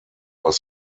aus